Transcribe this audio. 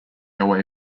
away